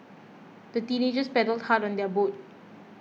the teenagers paddled hard on their boat